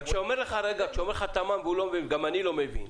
וכשאומר לך תמאם שהוא לא מבין, גם אני לא מבין.